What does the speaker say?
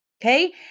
Okay